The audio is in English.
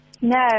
No